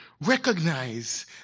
recognize